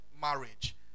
marriage